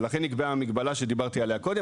ולכן נקבעה המגבלה שדיברתי עליה קודם,